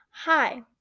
Hi